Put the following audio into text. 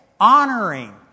honoring